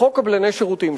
בחוק קבלני שירותים,